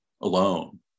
alone